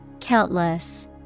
Countless